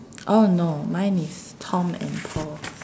oh no mine is Tom and Paul